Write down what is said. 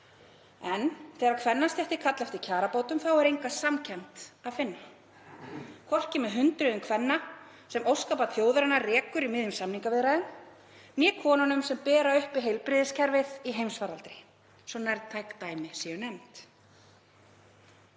En þegar kvennastéttir kalla eftir kjarabótum er enga samkennd að finna, hvorki með hundruðum kvenna sem óskabarn þjóðarinnar rekur í miðjum samningaviðræðum né konunum sem bera uppi heilbrigðiskerfið í heimsfaraldri svo að nærtæk dæmi séu nefnd.